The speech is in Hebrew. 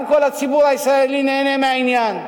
גם כל הציבור הישראלי נהנה מהעניין.